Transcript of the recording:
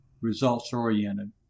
results-oriented